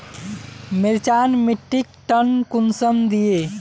मिर्चान मिट्टीक टन कुंसम दिए?